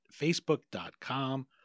facebook.com